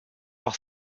par